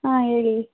ಆಂ ಹೇಳಿ